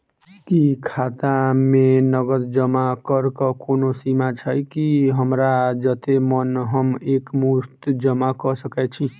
की खाता मे नगद जमा करऽ कऽ कोनो सीमा छई, की हमरा जत्ते मन हम एक मुस्त जमा कऽ सकय छी?